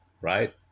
right